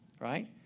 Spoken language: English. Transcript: right